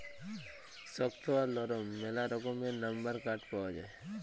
শক্ত আর লরম ম্যালা রকমের লাম্বার কাঠ পাউয়া যায়